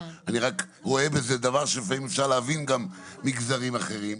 אני רק רואה בזה דבר שלפעמים אפשר להבין גם מגזרים אחרים.